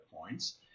points